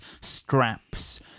straps